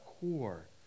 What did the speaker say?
core